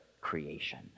creation